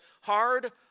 hard